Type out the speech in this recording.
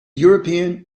european